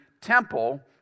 temple